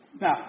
Now